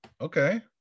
okay